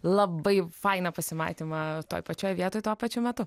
labai fainą pasimatymą toj pačioj vietoj tuo pačiu metu